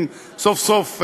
אם סוף-סוף,